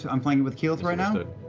so i'm flanking with keyleth right now?